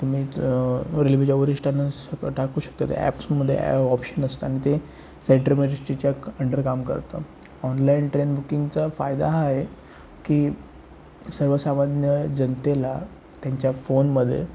तुम्ही रेल्वेच्या वरिष्ठांना सगळं टाकू शकता त्या ॲप्समध्ये ॲ ऑप्शन असतं आणि ते सेन्टर मॅजेस्टीच्या अंडर काम करतं ऑनलाईन ट्रेन बुकिंगचा फायदा हा आहे की सर्वसामान्य जनतेला त्यांच्या फोनमध्ये